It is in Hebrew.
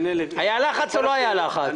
היה לחץ או לא היה לחץ.